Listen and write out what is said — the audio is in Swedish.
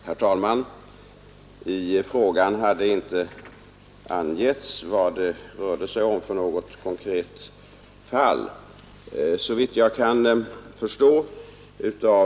Herr talman! I frågan hade inte angivits vilket konkret fall det rörde sig om.